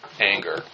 anger